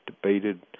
debated